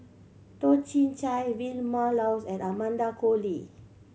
Toh Chin Chye Vilma Laus and Amanda Koe Lee